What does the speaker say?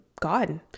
God